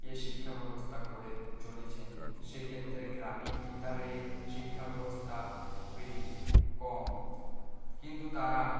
যে শিক্ষাব্যবস্থা গড়ে চলেছেন সেইক্ষেত্রে গ্রামীণ বিদ্যালয়ের শিক্ষাব্যবস্থা খুবই কম কিন্তু তারা